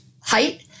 height